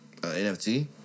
NFT